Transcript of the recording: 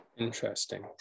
interesting